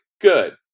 good